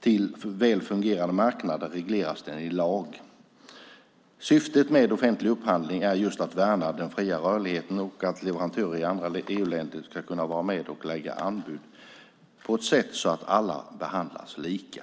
till väl fungerande marknader regleras den i lag. Syftet med offentlig upphandling är just att värna om den fria rörligheten och att leverantörer i andra EU-länder ska kunna vara med och lägga anbud på ett sätt så att alla behandlas lika.